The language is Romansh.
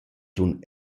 sun